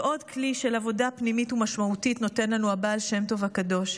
ועוד כלי של עבודה פנימית ומשמעותית נותן לנו הבעל שם טוב הקדוש: